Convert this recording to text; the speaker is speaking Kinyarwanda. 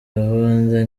gahunda